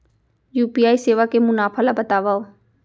UPI सेवा के मुनाफा ल बतावव?